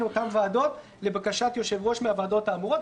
אותן ועדות לבקשת יושב-ראש מהוועדות האמורות.